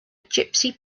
gypsy